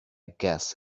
guess